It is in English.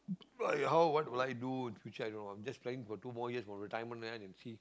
like how what will i do in future i don't know I'm just trying for two more years for retirement then I can see